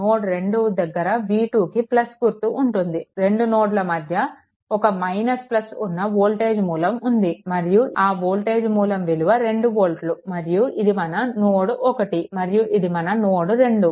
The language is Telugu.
నోడ్2 దగ్గర V2 కి గుర్తు ఉంటుంది రెండు నోడ్ల మధ్యలో ఒక ఉన్న వోల్టేజ్ మూలం ఉంది మరియు ఆ వోల్టేజ్ మూలం విలువ 2 వోల్ట్లు మరియు ఇది మన నోడ్1 మరియు ఇది మన నోడ్2